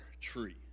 Tree